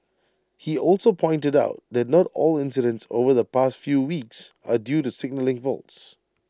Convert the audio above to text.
he also pointed out that not all incidents over the past few weeks are due to signalling faults